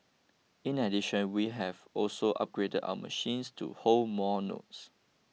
in addition we have also upgrade our machines to hold more notes